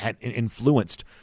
influenced